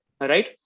right